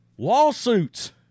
lawsuits